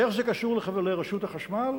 איך זה קשור לרשות החשמל?